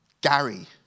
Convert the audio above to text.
Gary